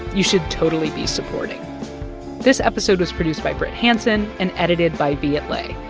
you should totally be supporting this episode was produced by brit hanson and edited by viet le.